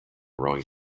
rowing